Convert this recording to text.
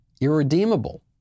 irredeemable